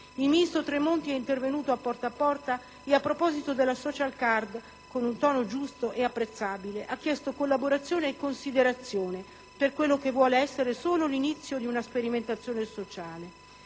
Il ministro Tremonti, intervenuto alla trasmissione «Porta a Porta», a proposito della *social card*, con un tono giusto e apprezzabile, ha chiesto collaborazione e considerazione per quello che vuole essere solo l'inizio di una sperimentazione sociale.